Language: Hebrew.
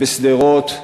בשדרות,